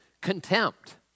contempt